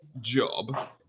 job